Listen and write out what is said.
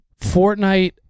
Fortnite